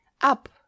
up